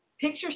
Picture